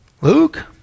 luke